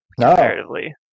comparatively